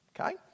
Okay